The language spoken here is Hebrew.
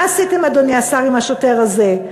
מה עשיתם, אדוני השר, עם השוטר הזה?